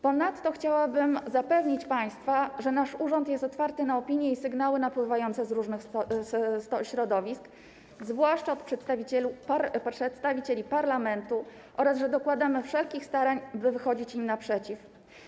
Ponadto chciałabym zapewnić państwa, że nasz urząd jest otwarty na opinie i sygnały napływające z różnych środowisk, zwłaszcza opinie przedstawicieli parlamentu, oraz że dokładamy wszelkich starań, by wychodzić im naprzeciw.